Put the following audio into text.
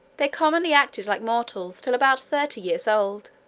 they commonly acted like mortals till about thirty years old